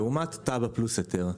לעומת תב"ע + היתר.